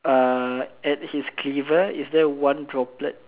uh at his cleaver is there one droplet